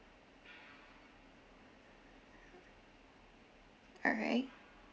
alright